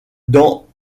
dans